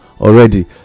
already